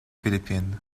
philippines